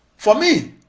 for me,